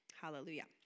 Hallelujah